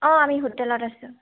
অঁ আমি হোটেলত আছোঁ